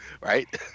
Right